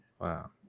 Wow